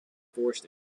forest